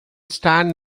stand